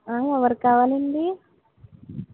ఎవరు కావాలండి